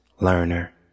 learner